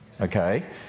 okay